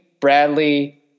Bradley